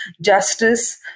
justice